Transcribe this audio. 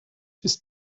ist